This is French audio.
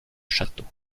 château